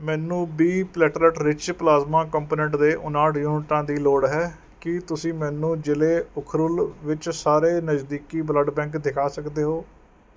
ਮੈਨੂੰ B platelet rich ਪਲਾਜ਼ਮਾਂ component ਦੇ ਉਨਾਹਠ ਯੂਨਿਟਾਂ ਦੀ ਲੋੜ ਹੈ ਕੀ ਤੁਸੀਂ ਮੈਨੂੰ ਜ਼ਿਲ੍ਹੇ ਉਖਰੁਲ ਵਿੱਚ ਸਾਰੇ ਨਜ਼ਦੀਕੀ ਬਲੱਡ ਬੈਂਕ ਦਿਖਾ ਸਕਦੇ ਹੋ